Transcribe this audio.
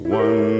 one